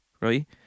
right